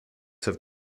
have